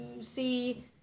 see